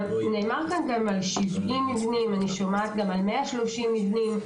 דובר כאן על 70 מבנים וגם שמעתי על 130 מבנים.